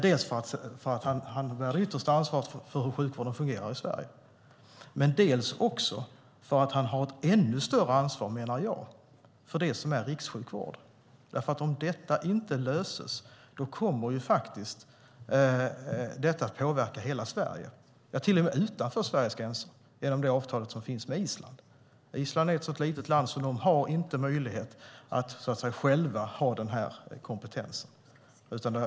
Dels för att han bär det yttersta ansvaret för hur sjukvården fungerar i Sverige, dels för att han har ett ännu större ansvar, menar jag, för det som är rikssjukvård. Om detta inte löses kommer det faktiskt att påverka hela Sverige, till och med utanför Sveriges gränser genom det avtal som finns med Island. Island är ett sådant litet land att de inte har möjlighet att själva ha den här kompetensen.